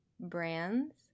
Brands